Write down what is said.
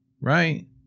Right